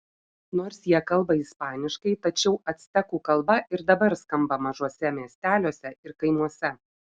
nors jie kalba ispaniškai tačiau actekų kalba ir dabar skamba mažuose miesteliuose ir kaimuose